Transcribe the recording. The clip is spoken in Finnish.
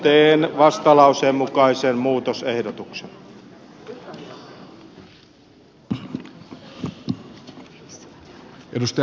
teen vastalauseen mukaisen muutosehdotuksen